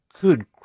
Good